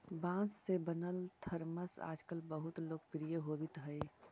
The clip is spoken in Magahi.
बाँस से बनल थरमस आजकल बहुत लोकप्रिय होवित हई